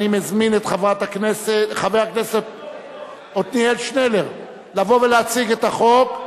אני מזמין את חבר הכנסת עתניאל שנלר לבוא ולהציג את החוק.